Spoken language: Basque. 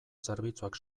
zerbitzuak